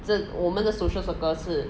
这我们的 social circle 是